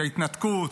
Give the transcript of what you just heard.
ההתנתקות,